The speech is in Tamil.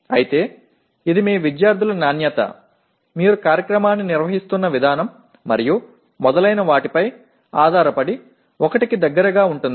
ஆனால் இது உங்கள் மாணவர்களின் தரம் நீங்கள் திட்டத்தை நடத்தும் விதம் மற்றும் பலவற்றைப் பொறுத்து 1 க்கு நெருக்கமாக இருக்கலாம்